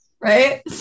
right